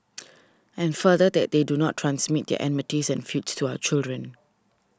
and further that they do not transmit their enmities and feuds to our children